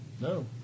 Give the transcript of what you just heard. No